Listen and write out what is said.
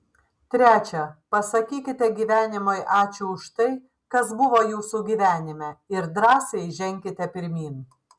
trečia pasakykite gyvenimui ačiū už tai kas buvo jūsų gyvenime ir drąsiai ženkite pirmyn